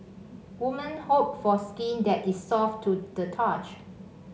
woman hope for skin that is soft to the touch